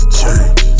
change